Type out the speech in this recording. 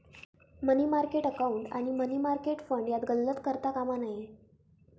मनी market account आणि money market fund यात गल्लत करता कामा नये